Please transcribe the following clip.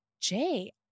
Jay